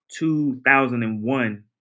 2001